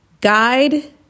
guide